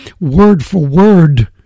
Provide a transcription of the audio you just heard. word-for-word